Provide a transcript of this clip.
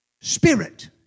spirit